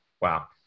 Wow